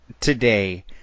today